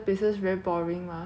都很多人去的